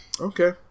Okay